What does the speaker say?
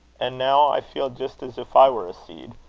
and now i feel just as if i were a seed,